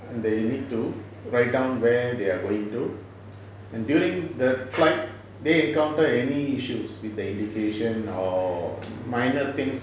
and they need to write down where they are going to and during the flight they encounter any issues with the indication or minor things